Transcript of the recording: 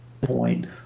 point